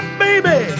baby